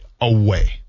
away